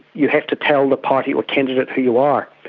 you have to tell the party or candidate who you are.